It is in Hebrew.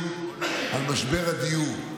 כן, בבקשה.